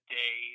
day